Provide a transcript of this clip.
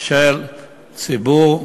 של הציבור,